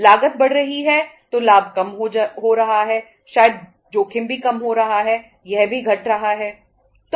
लागत बढ़ रही है तो लाभ कम हो रहा है शायद जोखिम भी कम हो रहा है यह भी घट रहा है